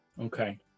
Okay